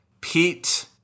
Pete